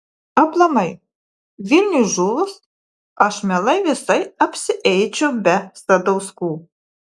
aplamai vilniui žuvus aš mielai visai apsieičiau be sadauskų